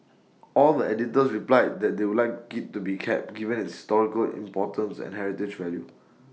all the editors replied that they would like IT to be kept given its historical importance and heritage value